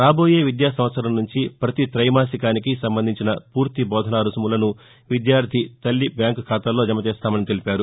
రాబోయే విద్యా సంవత్సరం నుంచి పతి తైమాసికానికి సంబంధించిన పూర్తి బోధనా రుసుములను విద్యార్ది తల్లి బ్యాంకు ఖాతాల్లో జమ చేస్తామని తెలిపారు